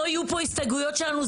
לא יהיו פה הסתייגויות שלנו,